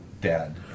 dad